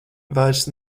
vairs